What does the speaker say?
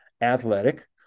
Athletic